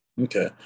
Okay